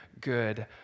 good